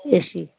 AC